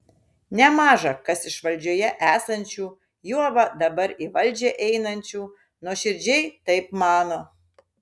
nemaža kas iš valdžioje esančių juoba dabar į valdžią einančių nuoširdžiai taip mano